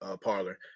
parlor